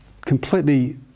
completely